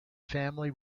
family